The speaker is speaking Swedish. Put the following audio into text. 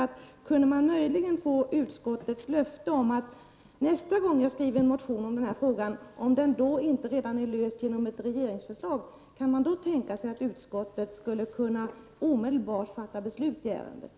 Kan jag få utskottets löfte om att utskottet nästa gång jag väcker en motion om frågan, om den då inte redan är löst genom ett regeringsförslag, omedelbart fattar beslut i ärendet?